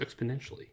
exponentially